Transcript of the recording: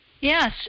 Yes